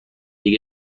دیگه